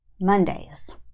Mondays